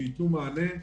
שייתנו מענה.